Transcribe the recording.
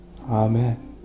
Amen